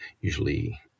usually